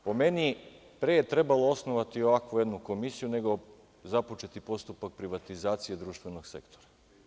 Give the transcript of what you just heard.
Po meni, trebalo je pre osnovati ovakvu jednu komisiju, nego započeti postupak privatizacije društvenog sektora.